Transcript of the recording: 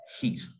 heat